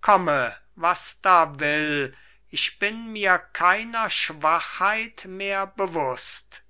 komme was da will ich bin mir keiner schwachheit mehr bewußt